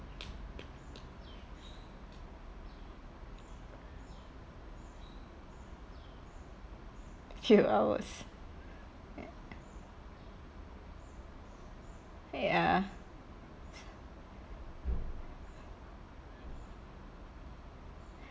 few hours ya